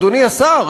אדוני השר,